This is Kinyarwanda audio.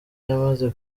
yamaze